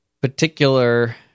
particular